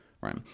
right